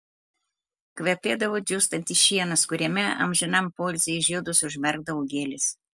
kvepėdavo džiūstantis šienas kuriame amžinam poilsiui žiedus užmerkdavo gėlės